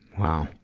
wow.